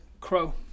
crow